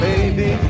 Baby